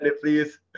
Please